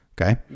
Okay